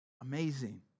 Amazing